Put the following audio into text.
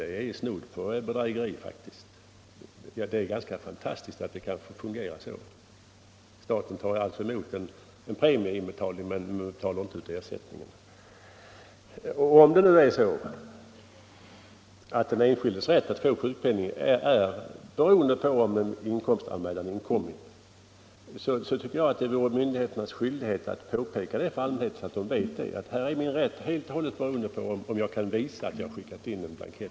Det är faktiskt snudd på bedrägeri. Staten tar då emot en inbetald premie men betalar inte ut någon ersättning. Det är ganska fantastiskt att det kan fungera på det sättet. När det nu är så att den enskildes rätt att få ut sjukpenning är beroende på om inkomstanmälan inkommit, så tycker jag att det är myndigheternas skyldighet att påpeka den saken för allmänheten, så att människorna vet att här är min rätt helt och hållet beroende på om jag kan visa att jag har skickat in anmälan.